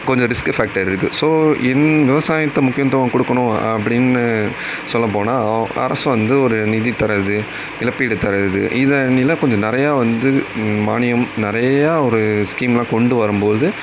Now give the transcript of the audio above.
கொஞ்சம் risk factor இருக்குது so in விவசாயத்தை முக்கியத்துவம் கொடுக்கணும் அப்படின்னு சொல்ல போனால் அரசு வந்து ஒரு நிதி தர்றது இழப்பீடு தர்றது இதன்னில கொஞ்சம் நிறையா வந்து மானியம் நிறையா ஒரு ஸ்கீம்லாம் கொண்டு வரும் போது